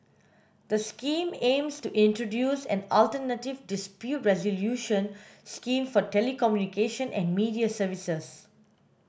the Scheme aims to introduce an alternative dispute resolution scheme for telecommunication and media services